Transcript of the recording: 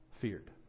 feared